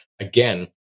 again